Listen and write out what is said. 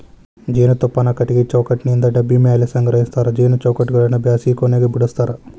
ಜೇನುತುಪ್ಪಾನ ಕಟಗಿ ಚೌಕಟ್ಟನಿಂತ ಡಬ್ಬಿ ಮ್ಯಾಲೆ ಸಂಗ್ರಹಸ್ತಾರ ಜೇನು ಚೌಕಟ್ಟಗಳನ್ನ ಬ್ಯಾಸಗಿ ಕೊನೆಗ ಬಿಡಸ್ತಾರ